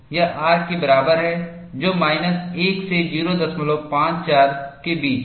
यह R के बराबर है जो माइनस 1 से 054 के बीच है